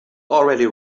already